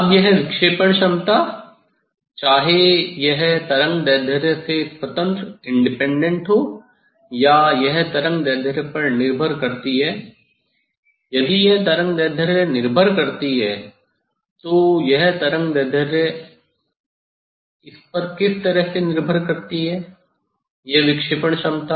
अब यह विक्षेपण क्षमता चाहे यह तरंगदैर्ध्य से स्वतंत्र हो या यह तरंगदैर्ध्य पर निर्भर करती है यदि यह तरंगदैर्ध्य पर निर्भर करती है तो यह तरंगदैर्ध्य पर किस प्रकार निर्भर करती है यह विक्षेपण क्षमता